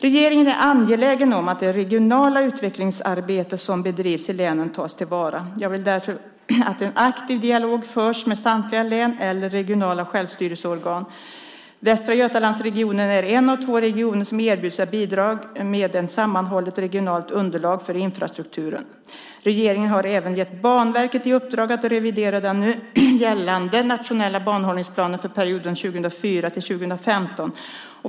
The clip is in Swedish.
Regeringen är angelägen om att det regionala utvecklingsarbete som bedrivs i länen tas till vara. Jag vill därför att en aktiv dialog förs med samtliga län eller regionala självstyrelseorgan. Västra Götalandsregionen är en av två regioner som erbjuds att bidra med ett sammanhållet regionalt underlag för infrastrukturen. Regeringen har även gett Banverket i uppdrag att revidera den nu gällande nationella banhållningsplanen för perioden 2004-2015.